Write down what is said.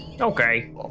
Okay